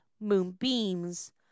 moonbeams